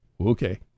okay